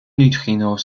neutrinos